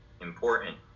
important